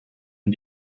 und